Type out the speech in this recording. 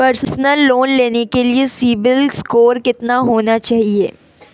Personal loan लेने के लिए सिबिल स्कोर कितना होना चाहिए?